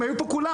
הם היו פה כולם.